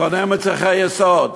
קונה מצרכי יסוד.